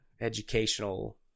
educational